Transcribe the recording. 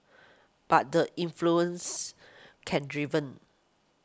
but the influence can driven